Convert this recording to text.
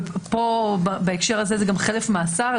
ופה בהקשר הזה זה גם חלף מאסר,